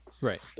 Right